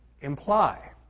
imply